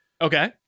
Okay